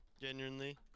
genuinely